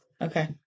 Okay